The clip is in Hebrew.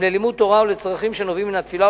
הם ללימוד תורה או לצרכים שנובעים מן התפילה,